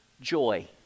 joy